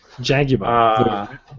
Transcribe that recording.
Jaguar